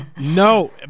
No